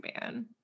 man